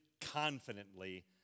confidently